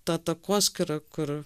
ta takoskyra kur